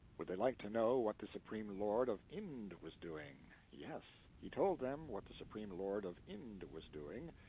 would they like to know what the supreme lord of inde was doing? yes. he told them what the supreme lord of inde was doing.